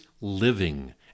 living